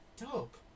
dope